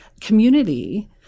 community